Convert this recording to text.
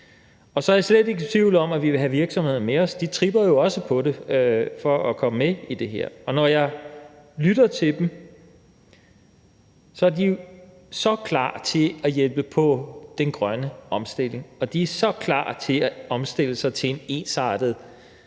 Og så er jeg slet ikke i tvivl om, at vi vil have virksomhederne med os. De tripper jo også for at komme med i det her. Og når jeg lytter til dem, er de så klar til at hjælpe med til den grønne omstilling, og de er så klar til at omstille sig til en ensartet